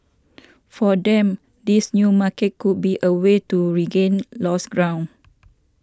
for them this new market could be a way to regain lost ground